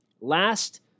Last